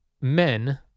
men